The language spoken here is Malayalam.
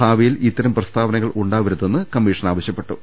ഭാവി യിൽ ഇത്തരം പ്രസ്താവനകൾ ഉണ്ടാവരുതെന്ന് കമ്മീഷൻ ആവശ്യപ്പെട്ടു